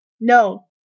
no